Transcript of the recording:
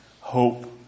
hope